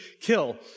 kill